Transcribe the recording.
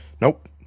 Nope